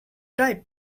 type